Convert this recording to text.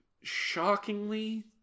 shockingly